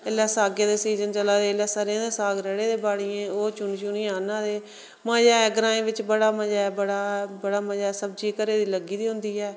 एल्लै सागे दे सीजन चला दे एल्लै सरेआं दे साग रढ़े दे बाड़ियंे ओह् चुनी चुनियै आह्न्ना दे मजा ग्राएं बिच्च बड़ा मजा बड़ा बड़ा मजा सब्जी घरे दी लग्गी दी होंदी ऐ